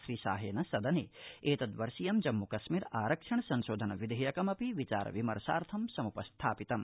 श्रीशाहेन सदने एतद्वर्षीयं जम्मू कश्मीर आरक्षण संशोधन विधेयकमपि विचार विमर्शाथं समृपस्थापितम्